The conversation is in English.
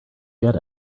get